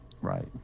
Right